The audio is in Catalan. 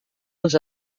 als